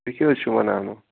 تُہۍ کیٛاہ حظ چھُو ونان وۄنۍ